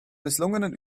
misslungenen